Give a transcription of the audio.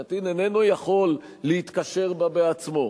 הקטין איננו יכול להתקשר בה בעצמו.